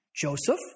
Joseph